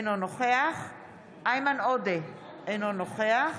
אינו נוכח איימן עודה, אינו נוכח